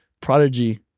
prodigy